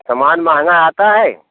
सामान महंगा आता है